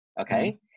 Okay